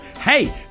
Hey